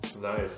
Nice